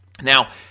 Now